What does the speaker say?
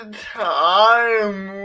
time